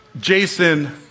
Jason